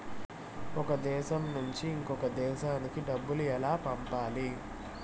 ఒక దేశం నుంచి ఇంకొక దేశానికి డబ్బులు ఎలా పంపాలి?